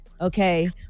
okay